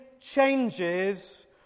changes